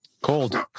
Cold